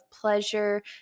pleasure